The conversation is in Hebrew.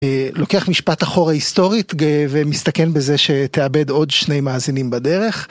אה... לוקח משפט אחורה היסטורית, ג-ו...מסתכן בזה ש...תאבד עוד שני מאזינים בדרך.